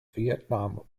vietnam